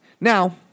Now